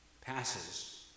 passes